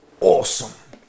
awesome